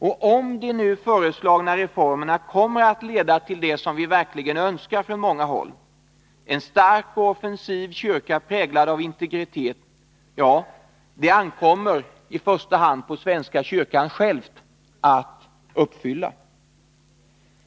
utforma. Om de nu föreslagna reformerna skall kunna leda till det som vi verkligen önskar från många håll, dvs. en stark och offensiv kyrka präglad av integritet, så ankommer det i första hand på svenska kyrkan själv att utföra det arbetet.